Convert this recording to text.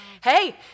hey